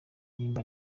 niba